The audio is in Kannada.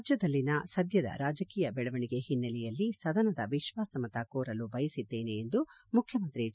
ರಾಜ್ಯದಲ್ಲಿನ ಸದ್ಯದ ರಾಜಕೀಯ ಬೆಳವಣಿಗೆ ಹಿನ್ನೆಲೆಯಲ್ಲಿ ಸದನದ ವಿಶ್ವಾಸಮತ ಕೋರಲು ಬಯಸಿದ್ದೇನೆ ಎಂದು ಮುಖ್ಯಮಂತ್ರಿ ಎಚ್